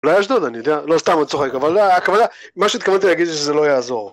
לא היה אשדוד אני יודע לא סתם אני צוחק, אבל לא היה, הכוונה, מה שהתכוונתי להגיד שזה לא יעזור